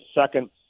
second